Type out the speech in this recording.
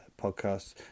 podcasts